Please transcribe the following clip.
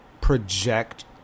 project